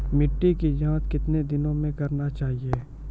मिट्टी की जाँच कितने दिनों मे करना चाहिए?